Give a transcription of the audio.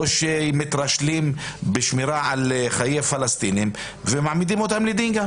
או שמתרשלים בשמירה על חיי פלסטינים ומעמידים אותם לדין?